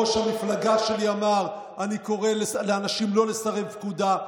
ראש המפלגה שלי אמר: אני קורא לאנשים לא לסרב פקודה.